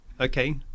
Okay